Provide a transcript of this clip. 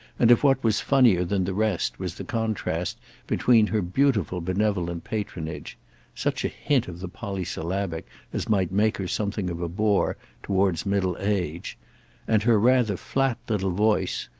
and if what was funnier than the rest was the contrast between her beautiful benevolent patronage such a hint of the polysyllabic as might make her something of a bore toward middle age and her rather flat little voice,